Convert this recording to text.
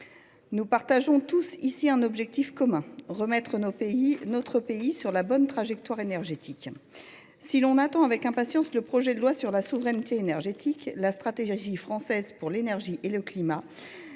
Nous partageons tous ici une ambition commune : remettre notre pays sur la bonne trajectoire énergétique. Si l’on attend avec impatience le projet de loi sur la souveraineté énergétique, l’objectif de la stratégie française pour l’énergie et le climat,